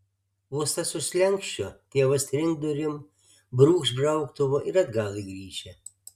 vos tas už slenksčio tėvas trinkt durim brūkšt brauktuvu ir atgal į gryčią